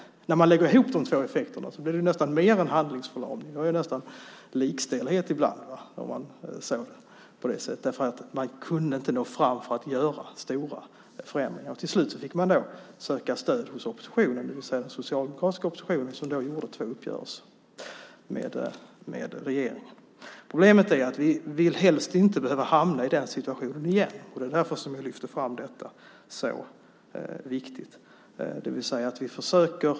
När man lägger ihop de två effekterna blir det nästan mer än handlingsförlamning. Det var nästan likstelhet ibland, om man får säga på det sättet. Man kunde inte nå fram för att göra stora förändringar. Till slut fick man söka stöd hos oppositionen, det vill säga den socialdemokratiska oppositionen, som då gjorde två uppgörelser med regeringen. Problemet är att vi helst inte vill hamna i den situationen igen. Det är därför jag lyfter fram detta så tydligt.